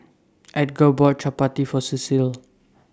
Edgar bought Chapati For Cecil